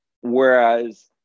whereas